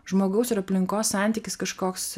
žmogaus ir aplinkos santykis kažkoks